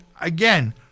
again